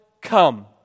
come